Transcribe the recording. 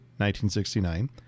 1969